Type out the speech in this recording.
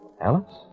Alice